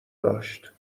داشت